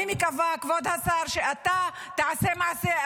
אני מקווה, כבוד השר, שאתה תעשה מעשה.